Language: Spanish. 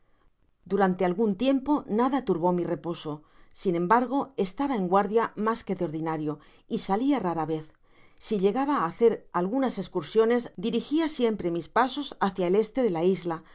durante algun tiempo nada turbó mi reposo sin embargo estaba en guardia mas que de ordinario y salia rara vez si llegaba á hacer algunas escursiones dirig a siempre mis pasos hácia el este de la isla donde